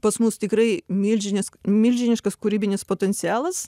pas mus tikrai milžinės milžiniškas kūrybinis potencialas